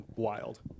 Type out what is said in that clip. Wild